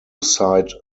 cite